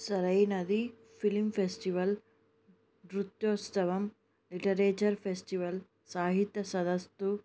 సరైనది film festival నృత్యోత్సవం literature festival సాహిత్య సదస్సు